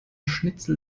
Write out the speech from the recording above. schnitzel